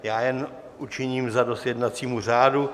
Já jen učiním zadost jednacímu řádu.